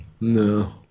No